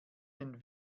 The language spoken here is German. den